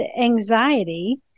anxiety